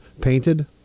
painted